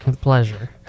pleasure